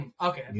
Okay